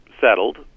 settled